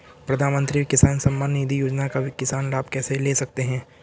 प्रधानमंत्री किसान सम्मान निधि योजना का किसान लाभ कैसे ले सकते हैं?